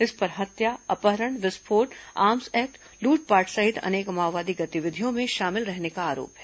इस पर हत्या अपहरण विस्फोट आर्म्स एक्ट लूटपाट सहित अनेक माओवादी गतिविधियों में शामिल रहने का आरोप है